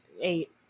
Eight